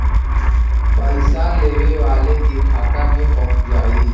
पइसा लेवे वाले के खाता मे पहुँच जाई